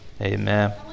Amen